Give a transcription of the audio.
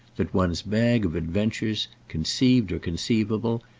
that one's bag of adventures, conceived or conceivable,